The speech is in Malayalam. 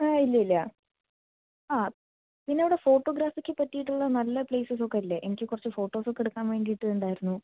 ആ ഇല്ലയില്ലാ ആ പിന്നെയവിടെ ഫോട്ടോഗ്രാഫിക്കു പറ്റിയിട്ടുള്ള നല്ല പ്ലേസസ്സൊക്കെ ഇല്ലേ എനിക്ക് നല്ല ഫോട്ടോസൊക്കെ എടുക്കാൻ വേണ്ടിട്ടുണ്ടായിരുന്നു